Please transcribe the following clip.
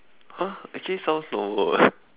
!huh! actually sounds normal eh